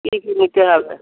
কী কী নিতে হবে